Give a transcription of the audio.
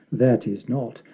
that is not,